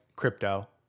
crypto